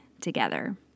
together